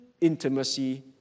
intimacy